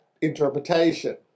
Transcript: interpretation